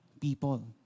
people